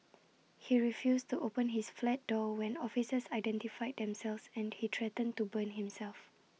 he refused to open his flat door when officers identified themselves and he threatened to burn himself